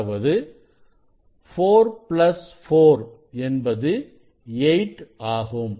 அதாவது 4 பிளஸ் 4 என்பது 8 ஆகும்